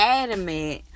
adamant